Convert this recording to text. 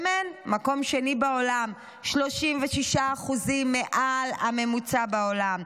שמן, מקום שני בעולם, 36% מעל הממוצע בעולם.